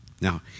Now